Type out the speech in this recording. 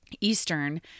Eastern